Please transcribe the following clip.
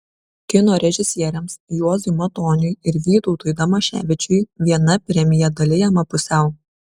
kino režisieriams juozui matoniui ir vytautui damaševičiui viena premija dalijama pusiau